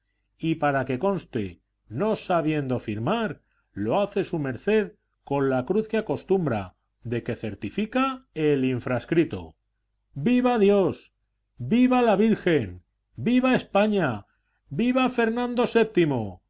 y para que conste no sabiendo firmar lo hace su merced con la cruz que acostumbra de que certifica el infrascrito viva dios viva la virgen viva españa viva fernando